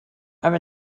are